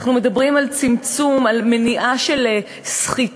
אנחנו מדברים על צמצום, על מניעה של סחיטה.